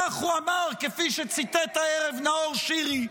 כך הוא אמר, כפי שציטט הערב נאור שירי.